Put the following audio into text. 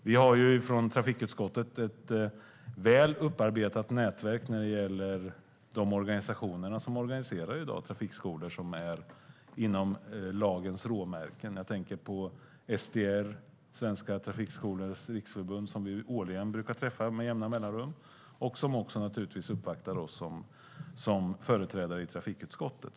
Vi har från trafikutskottet ett väl upparbetat nätverk av organisationer som i dag organiserar trafikskolor inom lagens råmärken. Jag tänker på STR, Sveriges Trafikskolors Riksförbund, som vi årligen brukar träffa och som naturligtvis också uppvaktar oss som företrädare i trafikutskottet.